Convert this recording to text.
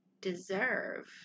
deserve